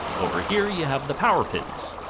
over here you have the power pins.